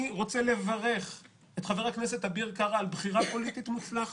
אני רוצה לברך את חבר הכנסת אביר קרא על בחירה פוליטית מוצלחת.